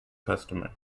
customer